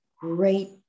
great